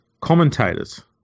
commentators